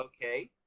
okay